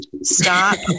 Stop